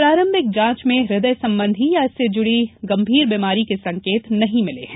प्रारंभिक जांच में हृदय सम्बन्धी या इससे जुड़ी गंभीर बीमारी के संकेत नहीं मिले हैं